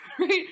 right